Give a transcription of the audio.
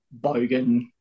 bogan